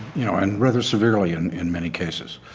you know and rather severely and in many cases.